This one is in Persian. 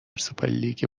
سوپرلیگ